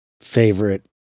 favorite